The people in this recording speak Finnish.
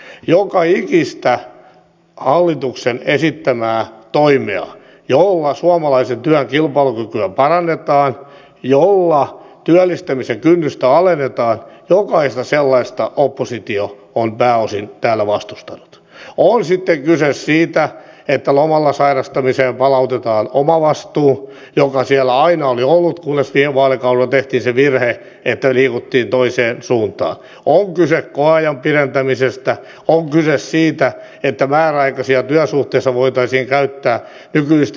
joka ikistä sellaista hallituksen esittämää toimea jolla suomalaisen työn kilpailukykyä parannetaan jolla työllistämisen kynnystä alennetaan oppositio on pääosin täällä vastustanut on sitten kyse siitä että lomalla sairastamiseen palautetaan omavastuu joka siellä aina oli ollut kunnes viime vaalikaudella tehtiin se virhe että liikuttiin toiseen suuntaan on kyse koeajan pidentämisestä on kyse siitä että määräaikaisia työsuhteita voitaisiin käyttää nykyistä joustavammin